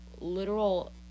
literal